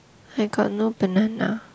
I got no banana